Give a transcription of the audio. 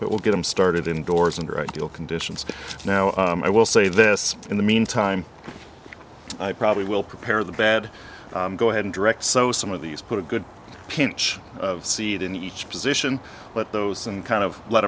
but we'll get him started indoors under ideal conditions now i will say this in the meantime i probably will prepare the bad go ahead and direct so some of these put a good pinch of seed in each position but those and kind of let